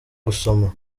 gusoma